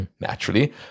Naturally